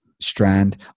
strand